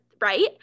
right